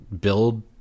build